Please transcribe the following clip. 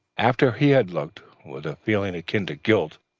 after he had looked, with a feeling akin to guilt,